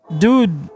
dude